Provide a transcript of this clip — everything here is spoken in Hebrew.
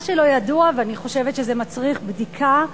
ואני חושבת שזה מצריך בדיקה,